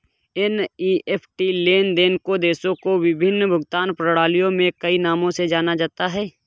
NEFT लेन देन को देशों और विभिन्न भुगतान प्रणालियों में कई नामों से जाना जाता है